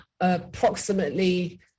approximately